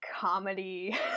comedy